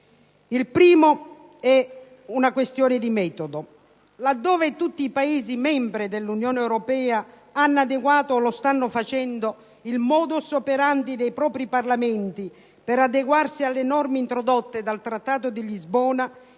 innanzitutto una questione di metodo: laddove ciascun Paese membro dell'Unione europea ha adeguato o lo sta facendo il *modus operandi* del proprio Parlamento per adeguarsi alle norme introdotte dal Trattato di Lisbona